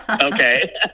Okay